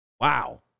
Wow